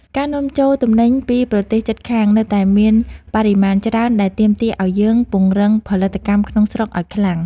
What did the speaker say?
ការនាំចូលទំនិញពីប្រទេសជិតខាងនៅតែមានបរិមាណច្រើនដែលទាមទារឱ្យយើងពង្រឹងផលិតកម្មក្នុងស្រុកឱ្យខ្លាំង។